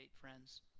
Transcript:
friends